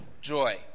joy